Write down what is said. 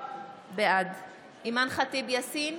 בעד אימאן ח'טיב יאסין,